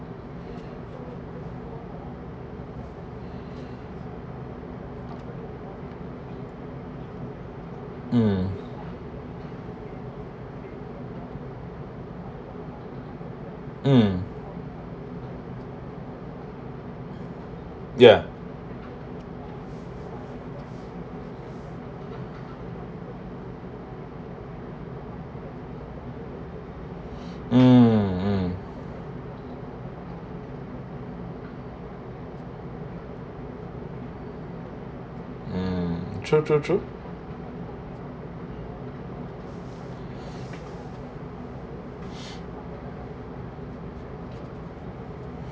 um um ya um um um true true true